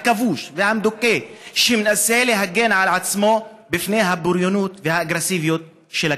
הכבוש והמדוכא שמנסה להגן על עצמו מפני הבריונות והאגרסיביות של הכיבוש.